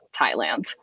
Thailand